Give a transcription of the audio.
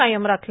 कायम राखलं